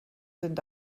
sind